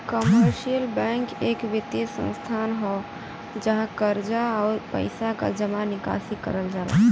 commercial bank एक वित्तीय संस्थान हौ जहाँ कर्जा, आउर पइसा क जमा निकासी करल जाला